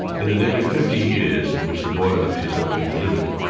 in the nearly fifty years in which the boyer lectures have been delivered,